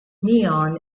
neon